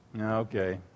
Okay